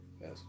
Yes